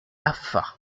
afa